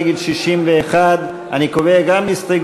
נגד 61. אני קובע כי גם ההסתייגויות